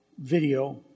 video